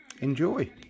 enjoy